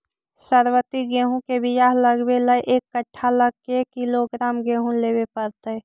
सरबति गेहूँ के बियाह लगबे ल एक कट्ठा ल के किलोग्राम गेहूं लेबे पड़तै?